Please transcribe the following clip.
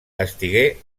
estigué